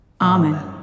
Amen